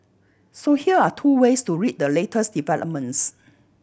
so here are two ways to read the latest developments